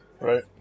Right